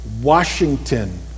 Washington